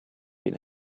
been